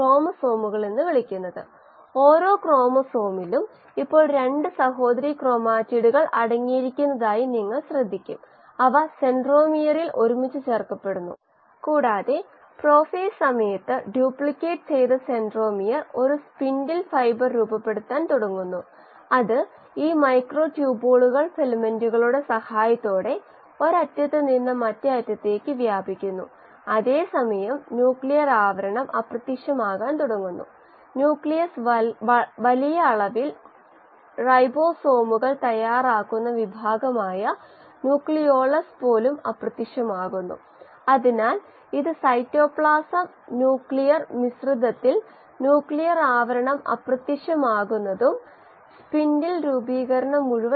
5 h 1 പരമാവധി നിർദ്ദിഷ്ട വളർച്ചാ നിരക്ക് Ks 1 gl Y xS 0